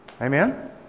Amen